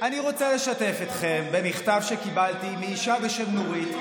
אני רוצה לשתף במכתב שקיבלתי מאישה בשם נורית,